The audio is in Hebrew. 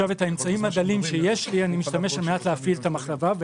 באמצעים הדלים שיש לי אני משתמש על מנת להפעיל את המחלבה.